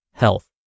health